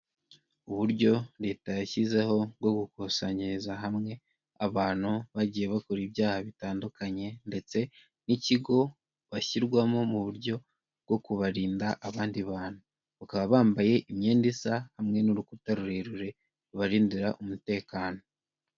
Uburyo leta yashyizeho bwo gukusanyiriza hamwe abantu bagiye bakora ibyaha bitandukanye ndetse n'ikigo bashyirwamo mu buryo bwo kubarinda abandi bantu, bakaba bambaye imyenda isa hamwe n'urukuta rurerure rubarindira umutekano.